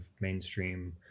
mainstream